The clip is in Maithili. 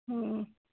हूँ